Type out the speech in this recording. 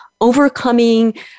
Overcoming